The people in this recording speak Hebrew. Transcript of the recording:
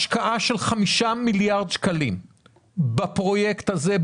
השקעה של 5 מיליארד שקלים בפרויקט הזה,